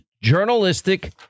journalistic